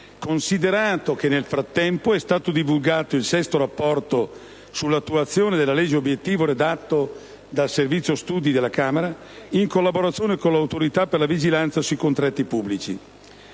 considerato che nel frattempo è stato divulgato il VI Rapporto sull'attuazione della legge obiettivo redatto dal Servizio studi della Camera, in collaborazione con l'Autorità per la vigilanza sui contratti pubblici.